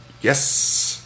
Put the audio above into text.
Yes